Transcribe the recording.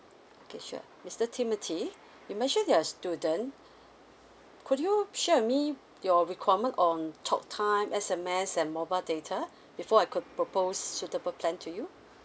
okay sure mister timothy you mention you're a student could you share with me your requirement on talk time S_M_S and mobile data before I could propose suitable plan to you